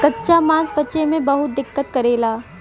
कच्चा मांस पचे में बहुत दिक्कत करेला